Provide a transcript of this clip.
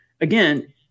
again